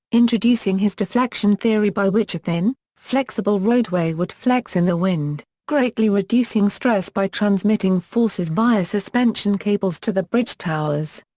introducing his deflection theory by which a thin, flexible roadway would flex in the wind, greatly reducing stress by transmitting forces via suspension cables to the bridge towers.